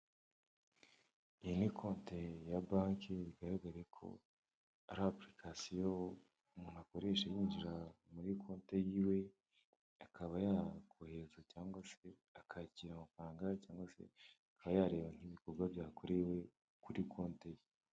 Iyi ni konte ya banke bigaragare ko ari apurikasiyo umuntu akoresha yinjira muri konte yiwe, akaba yakohereza cyangwa se akakira amafaranga cyangwa se akaba yareba nk'ibikorwa byakorewe kuri konte ye.